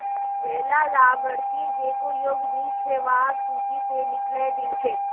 वैला लाभार्थि जेको योग्य नइ छ वहाक सूची स निकलइ दिल छेक